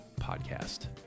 Podcast